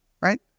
Right